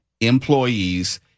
employees